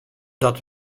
dat